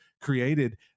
created